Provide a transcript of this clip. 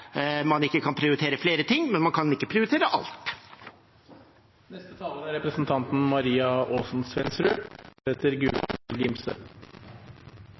man ikke kan prioritere flere ting, men man kan ikke prioritere alt.